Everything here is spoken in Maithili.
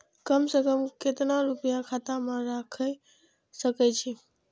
कम से कम केतना रूपया खाता में राइख सके छी?